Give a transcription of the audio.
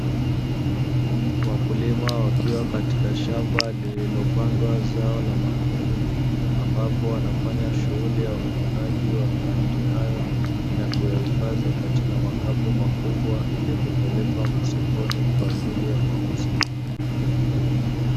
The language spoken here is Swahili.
Wakulima wakiwa katika shamba lililopandwa zao la mahindi, ambapo wanafanya shughuli ya uvunaji wa mahindi, hayo na kuyahifadhi katika makapu makubwa, ili kupelekwa masokoni kwa ajili ya mauzo.